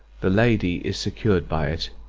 the lady is secured by it,